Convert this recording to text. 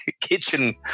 kitchen